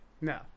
No